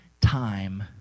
time